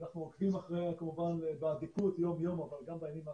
אנחנו הולכים אחרי ה --- יום-יום אבל גם בימים האחרונים.